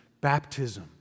baptism